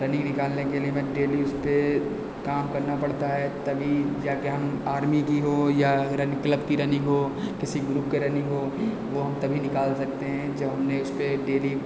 running निकलने के लिए हमें डेली उस पर काम करना पड़ता है तभी जाकर हम आर्मी की हो या रा क्लब की रनिंग हो किसी ग्रुप की रनिंग हो वह हम तभी निकाल सकते हैं जब हमने उस पर